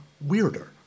weirder